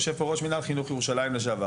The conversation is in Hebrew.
יושב פה ראש מינהל חינוך ירושלים לשעבר.